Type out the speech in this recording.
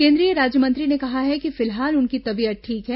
केन्द्रीय राज्यमंत्री ने कहा है कि फिलहाल उनकी तबीयत ठीक है